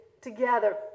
together